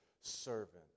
servant